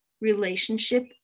relationship